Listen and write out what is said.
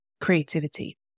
creativity